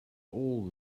all